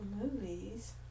movies